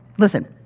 Listen